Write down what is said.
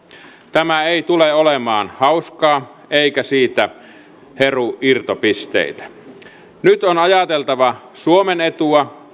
tämä ei tule olemaan hauskaa eikä siitä heru irtopisteitä nyt on ajateltava suomen etua